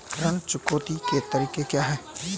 ऋण चुकौती के तरीके क्या हैं?